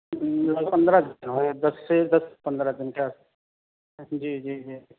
دس پندرہ دن ہو گئے دس سے دس پندرہ دن کے آس جی جی